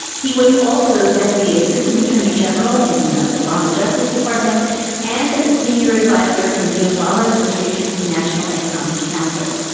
he was also deputy assistant attorney general in the obama justice department and a senior adviser in the obama administration's national economic council.